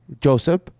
Joseph